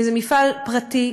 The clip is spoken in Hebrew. מפעל פרטי,